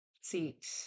seat